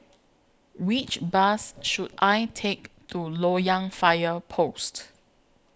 Which Bus should I Take to Loyang Fire Post